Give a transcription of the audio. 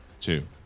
two